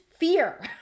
fear